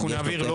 אנחנו נעביר לו,